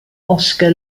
oscar